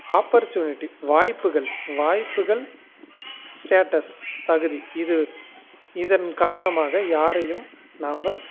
opportunity வாய்ப்புகள் வாய்ப்புகள் status தகுதி இது இதன் காரணமாக யாரையும் நம்ப